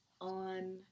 on